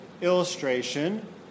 illustration